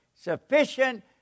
sufficient